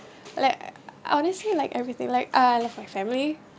like honestly like everything like I love my family